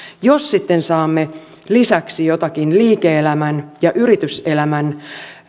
jos sitten saamme lisäksi joitakin liike elämän ja yrityselämän